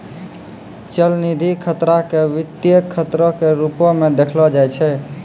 चलनिधि खतरा के वित्तीय खतरो के रुपो मे देखलो जाय छै